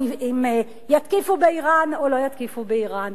אם יתקיפו באירן או לא יתקיפו באירן.